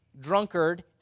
drunkard